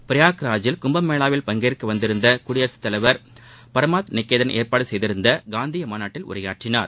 பிரயாக்ராஜில் கும்பமேளாவில் பங்கேற்க வந்திருந்த குடியரசு தலைவர் பரமாத் நிகேதன் ஏற்பாடு செய்திருந்த காந்தீய மாநாட்டில் உரையாற்றினார்